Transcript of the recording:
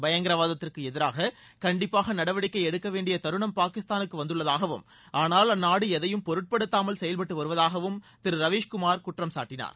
பயங்கரவாதத்திற்கு எதிராக கண்டிப்பாக நடவடிக்கை எடுக்கவேண்டிய தருணம் பாகிஸ்தானுக்கு வந்துள்ளதாகவும் ஆனால் அந்நாடு எதையும் பொருட்படுத்தாமல் செயல்பட்டுவருவதாகவும் திரு ரவீஸ்குமார் குற்றம் சாட்டினார்